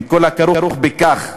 עם כל הכרוך בכך,